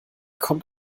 kommt